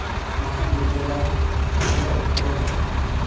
ᱢᱟᱦᱟ ᱵᱤᱨᱫᱟᱹᱜᱟᱲ ᱚᱞᱚᱜ ᱠᱚᱨᱮ ᱫᱚ